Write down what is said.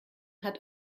hat